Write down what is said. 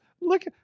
look